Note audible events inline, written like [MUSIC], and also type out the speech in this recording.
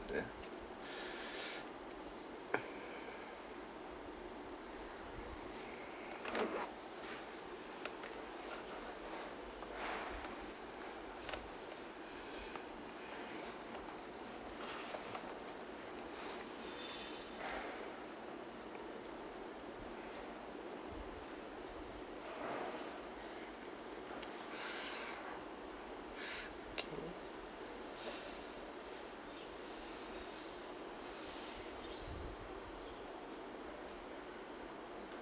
yeah [BREATH] okay